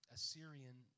Assyrian